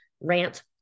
rant